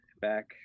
back